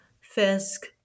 Fisk